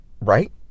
Right